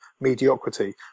mediocrity